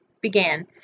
began